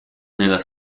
nella